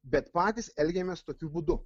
bet patys elgiamės tokiu būdu